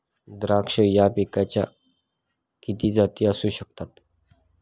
द्राक्ष या पिकाच्या किती जाती असू शकतात?